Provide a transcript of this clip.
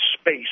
space